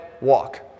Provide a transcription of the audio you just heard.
walk